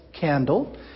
candle